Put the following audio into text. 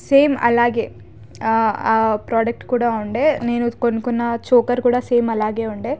same అలాగే product కూడా ఉండే నేను కొనుక్కున్న చోకర్ కూడా సేమ్ అలాగే ఉండే